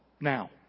now